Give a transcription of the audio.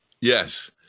Yes